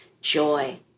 joy